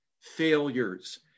failures